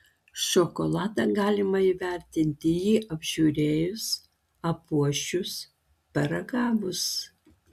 šokoladą galima įvertinti jį apžiūrėjus apuosčius paragavus